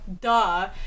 Duh